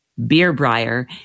Beerbrier